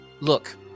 Look